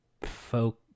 folk